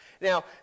Now